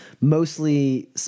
mostly